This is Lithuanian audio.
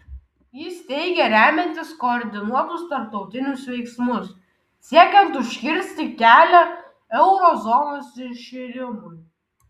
jis teigė remiantis koordinuotus tarptautinius veiksmus siekiant užkirsti kelią euro zonos iširimui